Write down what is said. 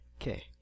Okay